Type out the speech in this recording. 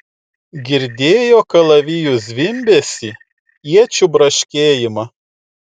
girdėjo kalavijų zvimbesį iečių braškėjimą